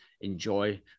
enjoy